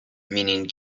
meaning